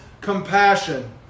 compassion